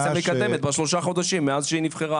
מקדמת בשלושת החודשים מאז שהיא נבחרה,